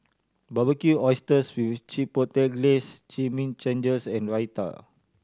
Barbecued Oysters with Chipotle Glaze Chimichangas and Raita